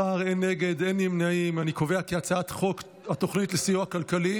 ההצעה להעביר את הצעת חוק התוכנית לסיוע כלכלי